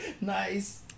Nice